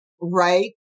Right